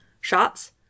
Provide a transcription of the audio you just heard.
shots